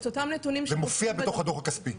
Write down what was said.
זה מופיע בתוך הדוח הכספי.